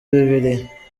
bibiliya